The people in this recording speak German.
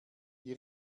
die